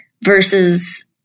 versus